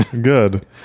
good